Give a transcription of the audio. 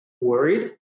worried